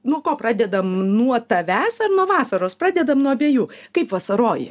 nuo ko pradedam nuo tavęs ar nuo vasaros pradedam nuo abiejų kaip vasarojo